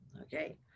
okay